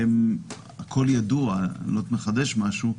והכול ידוע, אני לא מחדש משהו.